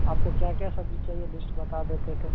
आपको क्या क्या सब्ज़ी चाहिए लिस्ट बता देते तो